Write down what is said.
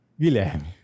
Guilherme